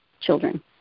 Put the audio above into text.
children